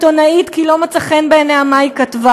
לעיתונאית כי לא מצא חן בעיניו מה שהיא כתבה.